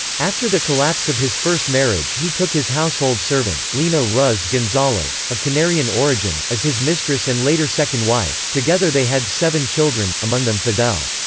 after the collapse of his first marriage he took his household servant, lina ruz gonzalez of canarian origin as his mistress and later second wife together they had seven children, among them fidel.